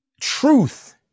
truth